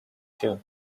too